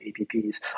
APPs